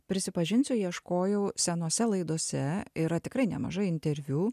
prisipažinsiu ieškojau senose laidose yra tikrai nemažai interviu